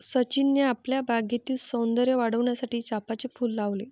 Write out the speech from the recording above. सचिनने आपल्या बागेतील सौंदर्य वाढविण्यासाठी चंपाचे फूल लावले